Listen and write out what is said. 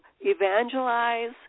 evangelize